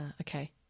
Okay